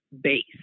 base